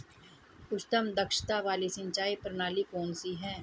उच्चतम दक्षता वाली सिंचाई प्रणाली कौन सी है?